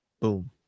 boom